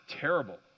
terrible